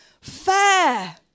fair